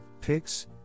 pics